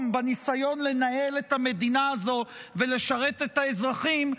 בניסיון לנהל את המדינה הזו ולשרת את האזרחים,